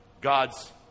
God's